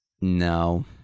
No